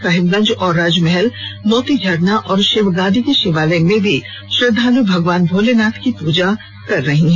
साहिबगंज और राजमहल मोतीझरना और शिवगादी के शिवालय में भी श्रद्दालु भगवान भोलेनाथ की पूजा कर रहे हैं